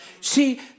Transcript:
See